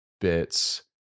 bits